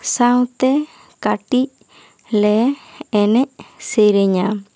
ᱥᱟᱶᱛᱮ ᱠᱟᱹᱴᱤᱡ ᱞᱮ ᱮᱱᱮᱡ ᱥᱮᱨᱮᱧᱟ